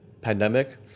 pandemic